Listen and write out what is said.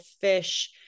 fish